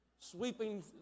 sweeping